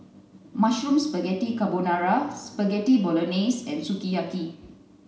Mushroom Spaghetti Carbonara Spaghetti Bolognese and Sukiyaki